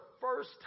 first